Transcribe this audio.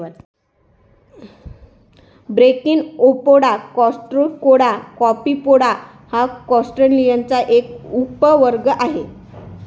Branchiopoda, ostracoda, copepoda हा क्रस्टेसिअन्सचा एक उपवर्ग आहे